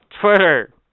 Twitter